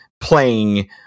playing